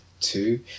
two